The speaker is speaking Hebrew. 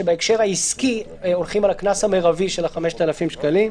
שבהקשר העסקי הולכים על הקנס המרבי של 5,000 שקלים.